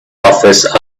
office